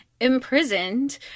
imprisoned